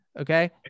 Okay